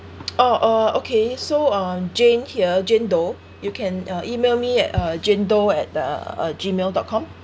oh oh okay so um jane here jane doe you can uh email me at uh jane doe at uh uh gmail dot com